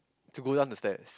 to go down the stairs